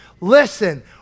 Listen